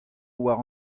war